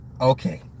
Okay